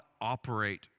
operate